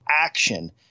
action